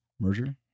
merger